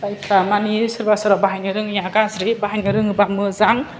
जायफ्रा मानि सोरबा सोरबा बाहायनो रोङिया गाज्रि बाहायनो रोङोबा मोजां